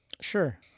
Sure